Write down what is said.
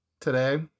today